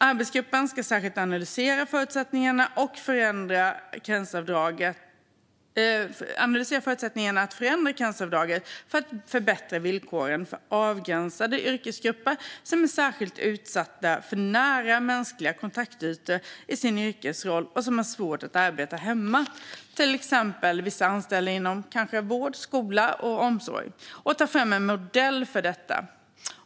Arbetsgruppen ska särskilt analysera förutsättningarna att förändra karensavdraget för att förbättra villkoren för avgränsade yrkesgrupper som är särskilt utsatta för nära mänskliga kontaktytor i sin yrkesroll och som har svårt att arbeta hemifrån, till exempel vissa anställda inom vård, skola och omsorg, och ta fram en modell för detta.